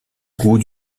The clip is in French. goût